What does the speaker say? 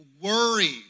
worry